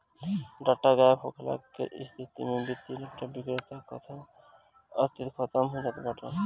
data गायब होखला के स्थिति में वित्तीय डाटा विक्रेता कअ अस्तित्व भी खतम हो जात बाटे